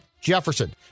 Jefferson